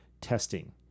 testing